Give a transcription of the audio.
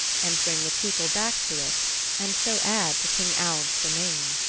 and bring the people back to it and so add to king alv's domain.